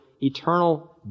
eternal